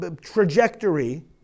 trajectory